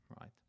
right